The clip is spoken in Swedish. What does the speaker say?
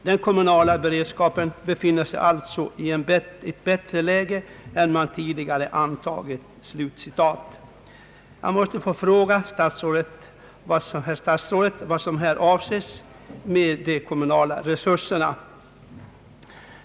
Den kommunala beredskapen befinner sig alltså i ett bättre läge än man tidigare har antagit.» Jag måste få fråga herr statsrådet vad som här avses med de kommunala resurserna.